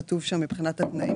נכד או נכדה,